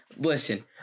Listen